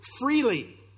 freely